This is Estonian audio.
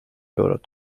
eurot